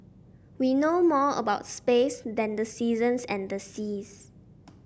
we know more about space than the seasons and the seas